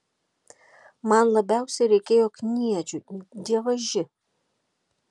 man labiausiai reikėjo kniedžių dievaži